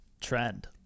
trend